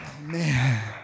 Man